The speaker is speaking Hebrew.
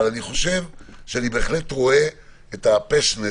אבל אני חושב שאני בהחלט רואה את ה-passion,